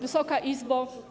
Wysoka Izbo!